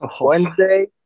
Wednesday